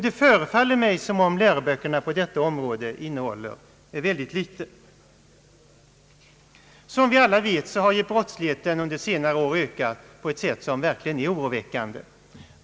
Det förefaller mig dock som om läroböckerna innehåller mycket litet i dessa avseenden. Som vi alla vet har brottsligheten under senare år ökat på ett sätt som verkligen är oroväckande.